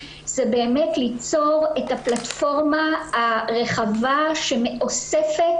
זה באמת ליצור את הפלטפורמה הרחבה שאוספת